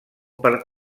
per